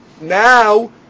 Now